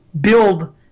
build